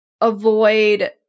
avoid